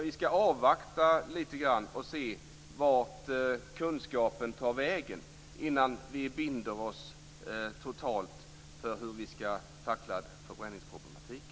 Vi ska avvakta lite och se vart kunskapen tar vägen innan vi totalt binder oss för hur vi ska tackla förbränningsproblematiken.